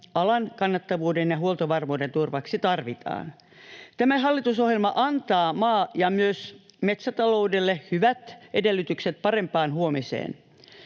alan kannattavuuden ja huoltovarmuuden turvaksi tarvitaan. Tämä hallitusohjelma antaa maa- ja myös metsätaloudelle hyvät edellytykset parempaan huomiseen.